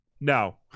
No